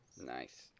Nice